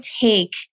take